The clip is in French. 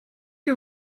que